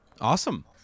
Awesome